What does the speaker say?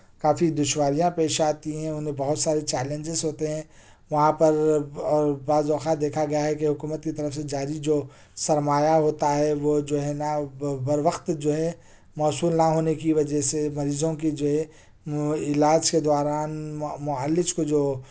کافی دشواریاں پیش آتی ہیں انہیں بہت سارے چیلنجیز ہوتے ہیں وہاں پر اور بعض اوقات دیکھا گیا ہے کہ حکومت کی طرف سے جاری جو سرمایہ ہوتا ہے وہ جو ہے نا بر وقت جو ہے موصول نہ ہونے کی وجہ سے مریضوں کی جو ہے علاج کے دوران معالج کو جو